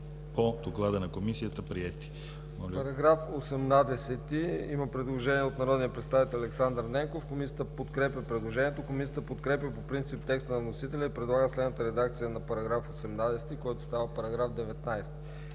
по доклада на Комисията – приети.